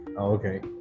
okay